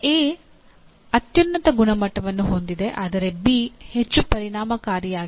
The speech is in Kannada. ಎ ಅತ್ಯುನ್ನತ ಗುಣಮಟ್ಟವನ್ನು ಹೊಂದಿದೆ ಆದರೆ ಬಿ ಹೆಚ್ಚು ಪರಿಣಾಮಕಾರಿಯಾಗಿದೆ